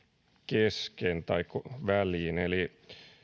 väliin